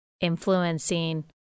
influencing